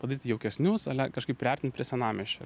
padaryt jaukesnius ale kažkaip priartint prie senamiesčio